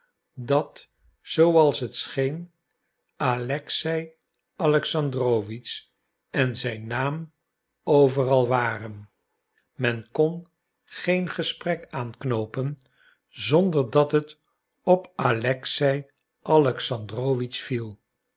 dat zooals het scheen alexei alexandrowitsch en zijn naam overal waren men kon geen gesprek aanknoopen zonder dat het op alexei alexandrowitsch viel